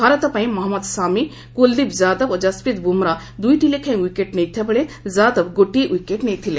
ଭାରତ ପାଇଁ ମହମ୍ମଦ ସାମୀ କୁଲଦୀପ ଯାଦବ ଓ ଯଶପ୍ରିତ ବୁମ୍ରା ଦୁଇଟି ଲେଖାଏଁ ୱିକେଟ ନେଇଥିବାବେଳେ ଯାଦବ ଗୋଟିଏ ଓ୍ୱିକେଟ ନେଇଥିଲେ